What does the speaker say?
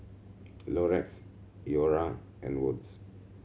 Rolex Iora and Wood's